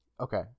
Okay